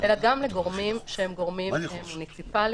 אלא גם לגורמים שהם גורמים מוניציפליים.